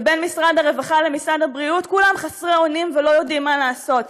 ובין משרד הרווחה למשרד הבריאות כולם חסרי אונים ולא יודעים מה לעשות.